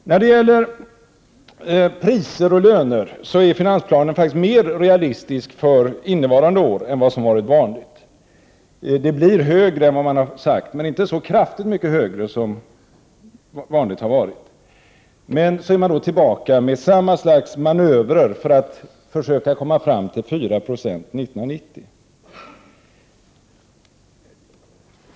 I fråga om priser och löner är finansplanen faktiskt mer realistisk för innevarande år än som varit vanligt. Priserna och lönerna höjs mer än som sagts, men de blir inte så mycket högre än de brukar bli. Man är så tillbaka till samma slags manövrer för att inflationen skall bli 4 96 år 1990.